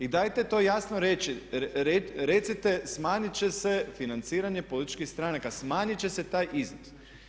I dajte to jasno recite, smanjiti će se financiranje političkih stranaka, smanjiti će se taj iznos.